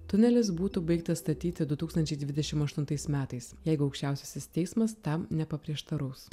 tunelis būtų baigtas statyti du tūkstančiai dvidešim aštuntais metais jeigu aukščiausiasis teismas tam nepaprieštaraus